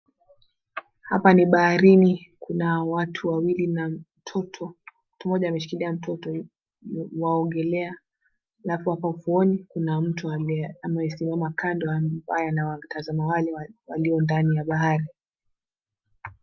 Hapa ni baharini, kuna watu wawili na mtoto. Mtu mmoja ameshikilia mtoto waogelea halafu hapa ufuoni kuna mtu aliye amesimama kando ambaye anawatazama wale walio ndani ya bahari